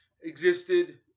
existed